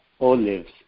olives